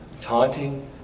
taunting